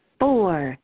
four